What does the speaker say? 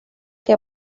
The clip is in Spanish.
que